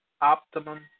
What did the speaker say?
optimum